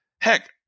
Heck